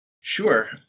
Sure